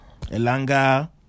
Elanga